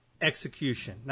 execution